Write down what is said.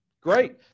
Great